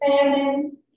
famine